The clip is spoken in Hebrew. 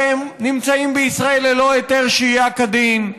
שנמצאים בישראל ללא היתר שהייה כדין.